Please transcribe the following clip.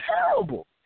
terrible